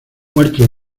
muerto